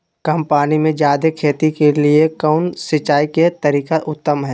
कम पानी में जयादे खेती के लिए कौन सिंचाई के तरीका उत्तम है?